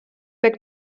back